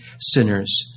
sinners